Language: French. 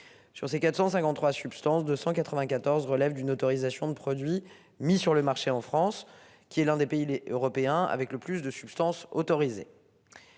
Sur ces 453 substances de 194 relève d'une autorisation de produits mis sur le marché en France qui est l'un des pays les Européens avec le plus de substances autorisées.